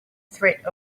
threat